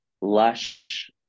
lush